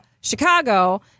Chicago